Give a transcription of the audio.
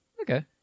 Okay